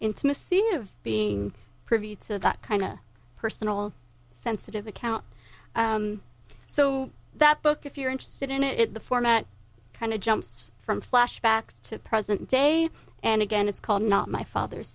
intimacy of being privy to that kind of personal sensitive account so that book if you're interested in it the format kind of jumps from flashbacks to present day and again it's called not my father